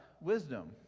wisdom